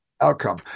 outcome